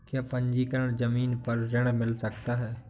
क्या पंजीकरण ज़मीन पर ऋण मिल सकता है?